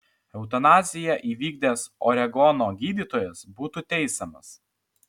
eutanaziją įvykdęs oregono gydytojas būtų teisiamas